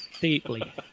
Deeply